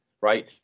right